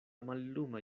malluma